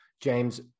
James